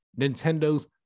Nintendo's